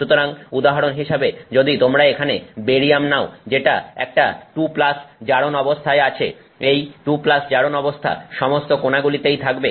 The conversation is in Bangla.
সুতরাং উদাহরণ হিসেবে যদি তোমরা এখানে বেরিয়াম নাও যেটা একটা 2 জারণ অবস্থায় আছে এই 2 জারণ অবস্থা সমস্ত কোণাগুলিতেই থাকবে